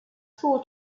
four